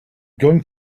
going